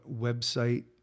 website